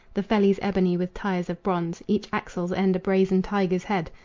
the fellies ebony, with tires of bronze, each axle's end a brazen tiger's head,